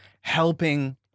helping